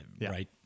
right